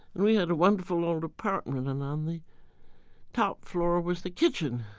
and we had a wonderful old apartment and on the top floor was the kitchen,